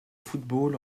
football